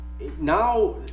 now